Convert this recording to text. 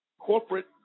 corporate